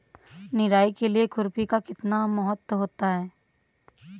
निराई के लिए खुरपी का कितना महत्व होता है?